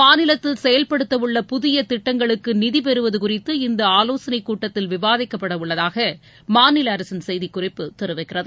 மாநிலத்தில் செயல்படுத்த உள்ள புதிய திட்டங்களுக்கு நிதிகள் பெறுவது குறித்து இந்த ஆலோசனை கூட்டத்தில் விவாதிக்கப்பட உள்ளதாக மாநில அரசின் செய்திக் குறிப்பு தெரிவிக்கிறது